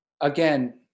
again